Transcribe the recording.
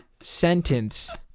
sentence